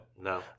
No